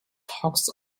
talks